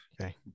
okay